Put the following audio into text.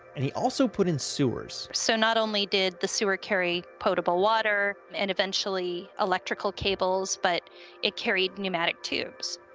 and, he also put in sewers. so, not only did the sewer carry potable water and eventually electrical cables, but it carried pneumatic tubes.